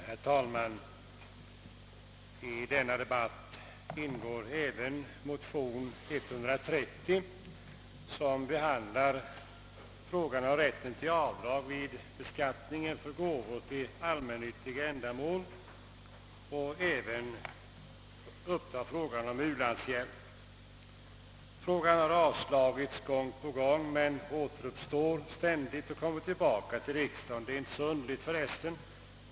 Herr talman! I denna debatt ingår även motion II:130, som behandlar frågan om rätt till avdrag vid beskattningen för gåvor till allmännyttiga ändamål och även upptar frågan om u-landshjälpen. Motionsyrkandena har gång på gång avslagits av riksdagen men återuppstår ständigt och kommer tillbaka. Det är inte så underligt för resten.